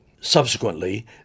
Subsequently